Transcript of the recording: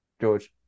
George